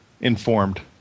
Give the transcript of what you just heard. informed